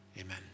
Amen